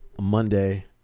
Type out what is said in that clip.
monday